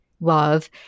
love